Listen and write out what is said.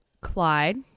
Clyde